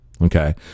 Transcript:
Okay